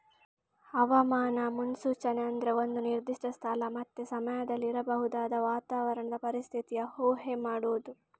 ಹವಾಮಾನ ಮುನ್ಸೂಚನೆ ಅಂದ್ರೆ ಒಂದು ನಿರ್ದಿಷ್ಟ ಸ್ಥಳ ಮತ್ತೆ ಸಮಯದಲ್ಲಿ ಇರಬಹುದಾದ ವಾತಾವರಣದ ಪರಿಸ್ಥಿತಿಯ ಊಹೆ ಮಾಡುದು